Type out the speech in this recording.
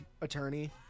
attorney